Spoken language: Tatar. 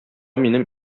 минем